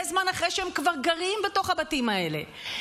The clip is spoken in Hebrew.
זמן אחרי שהם כבר גרים בתוך הבתים האלה.